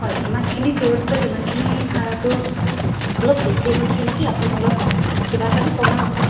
হয় ইমানখিনি দূৰত্বত ইমানখিনি ভাৰাটো অলপ বেছি হৈছে নেকি আপুনি অলপ কিবা এটাতো কমাওক